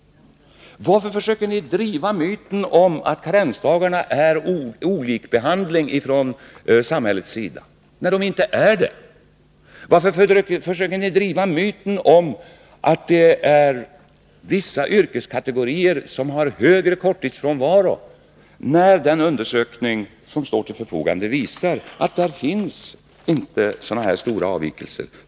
Varför försöker ni driva myten om att karensdagarna är olika behandling från samhällets sida, när de inte är det? Varför försöker ni driva myten om att vissa yrkeskategorier har högre korttidsfrånvaro, när den undersökning som står till förfogande visar att det inte finns sådana stora avvikelser?